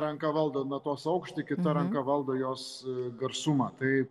ranka valdo natos aukštį kita ranka valdo jos garsumą tai